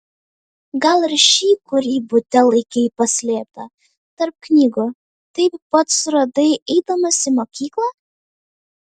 gal ir šį kurį bute laikei paslėptą tarp knygų taip pat suradai eidamas į mokyklą